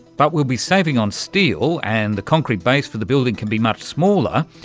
but we'll be saving on steel and the concrete base for the building can be much smaller,